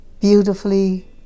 beautifully